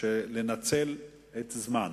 לנצל את הזמן.